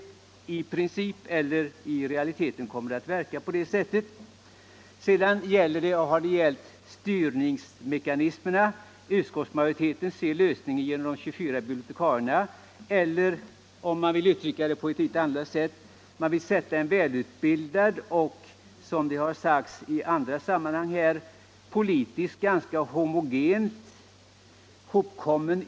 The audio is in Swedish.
I realiteten kommer förslaget att verka på det sättet. Så har debatten gällt styrningsmekanismerna. Utskottsmajoriteten ser lösningen i att urvalet görs av de 24 bibliotekarierna — eller, om man vill uttrycka det på annat sätt, av en väl utbildad och, som det har sagts här, politiskt ganska homogen yrkeskår.